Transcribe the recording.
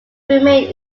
remain